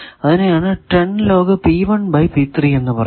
അതിനെയാണ് എന്ന് പറയുന്നത്